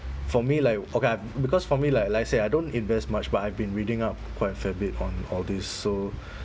for me like okay because for me like I said I don't invest much but I've been reading up quite a fair bit on all this so